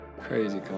Crazy